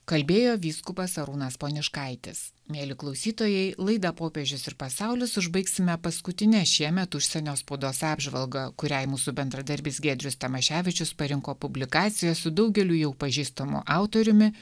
kalbėjo vyskupas arūnas poniuškaitis mieli klausytojai laidą popiežius ir pasaulis užbaigsime paskutine šiemet užsienio spaudos apžvalga kuriai mūsų bendradarbis giedrius tamaševičius parinko publikaciją su daugeliui jau pažįstamu autoriumi